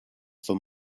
for